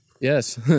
Yes